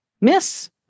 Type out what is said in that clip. miss